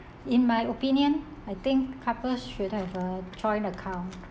in my opinion I think couples should have uh joint account